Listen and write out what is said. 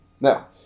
Now